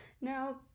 Now